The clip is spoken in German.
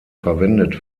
verwendet